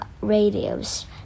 radios